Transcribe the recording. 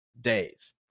days